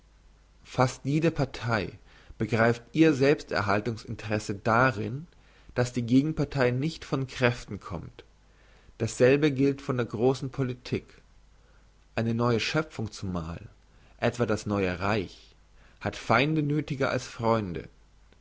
fast jede partei begreift ihr selbsterhaltungs interesse darin dass die gegenpartei nicht von kräften kommt dasselbe gilt von der grossen politik eine neue schöpfung zumal etwa das neue reich hat feinde nöthiger als freunde